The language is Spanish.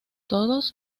todos